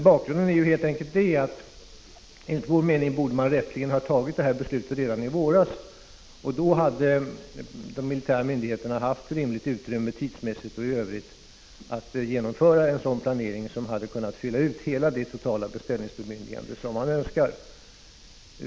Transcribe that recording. Bakgrunden är helt enkelt, enligt vår mening, att man rätteligen borde ha fattat detta beslut redan i våras. Då hade de militära myndigheterna haft rimligt utrymme tidsmässigt och i övrigt att genomföra en sådan planering så att det totala beställningsbemyndigande som de militära myndigheterna önskar hade kunnat fyllas ut.